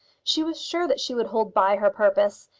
she was sure that she would hold by her purpose,